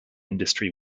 industry